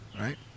Right